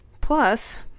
plus